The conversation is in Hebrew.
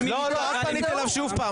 לא, לא, את פנית אליו שוב פעם.